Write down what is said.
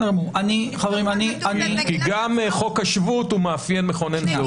כי גם חוק השבות הוא מאפיין מכונן זהות.